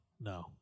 No